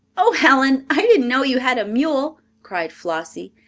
oh, helen, i didn't know you had a mule, cried flossie,